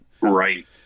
Right